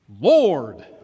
Lord